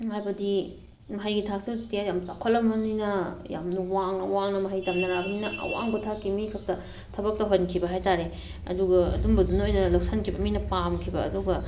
ꯍꯥꯏꯕꯗꯤ ꯃꯍꯩꯒꯤ ꯊꯥꯛꯁꯦ ꯑꯁꯨꯛꯀꯤ ꯌꯥꯝ ꯆꯥꯎꯈꯠꯂꯕꯅꯤꯅ ꯌꯥꯃꯅ ꯋꯥꯡꯅ ꯋꯥꯡꯅ ꯃꯍꯩ ꯇꯝꯅꯔꯕꯅꯤꯅ ꯑꯋꯥꯡꯕ ꯊꯥꯛꯀꯤ ꯃꯤ ꯈꯛꯇ ꯊꯕꯛ ꯇꯧꯍꯟꯈꯤꯕ ꯍꯥꯏ ꯇꯥꯔꯦ ꯑꯗꯨꯒ ꯑꯗꯨꯝꯕꯗꯨꯅ ꯑꯣꯏꯅ ꯂꯧꯁꯤꯟꯈꯤꯕ ꯃꯤꯅ ꯄꯥꯝꯈꯤꯕ ꯑꯗꯨꯒ